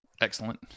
excellent